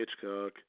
Hitchcock